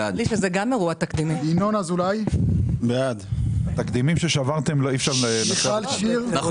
בעד ינון אזולאי בעד מיכל שיר סגמן